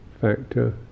factor